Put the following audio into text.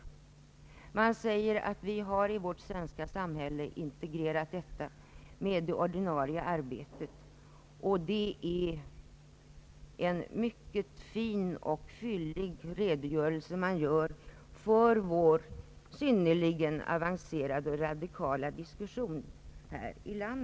Man säger att vi i vårt svenska samhälle har integrerat detta med det ordinarie arbetet, och man ger en mycket fin och fyllig redogörelse för vår synnerligen avancerade och radikala diskussion.